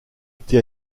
été